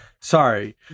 Sorry